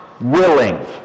willing